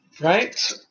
Right